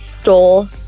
stole